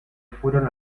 fueron